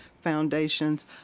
foundations